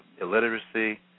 illiteracy